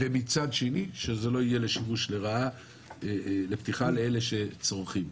ומצד שני שזה לא יהיה לשימוש לרעה לפתיחה לאלה שצורכים.